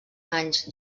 anys